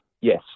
Yes